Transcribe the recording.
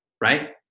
right